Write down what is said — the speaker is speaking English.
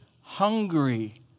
hungry